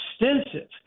extensive